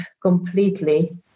completely